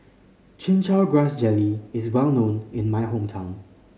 Chin Chow Grass Jelly is well known in my hometown